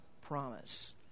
promise